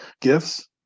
gifts